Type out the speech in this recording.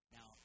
Now